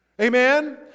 Amen